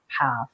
path